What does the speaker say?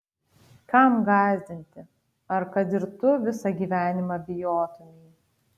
kam gąsdinti ar kad ir tu visą gyvenimą bijotumei